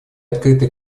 открытые